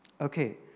Okay